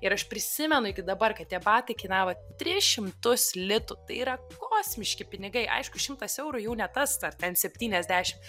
ir aš prisimenu iki dabar kad tie batai kainavo tris šimtus litų tai yra kosmiški pinigai aišku šimtas eurų jau ne tas ar ten septyniasdešim